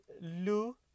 lou